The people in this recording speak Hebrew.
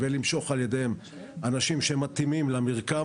ולמשוך על ידיהם אנשים שמתאימים למרקם